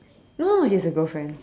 don't look like he has a girlfriend